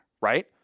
right